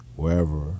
wherever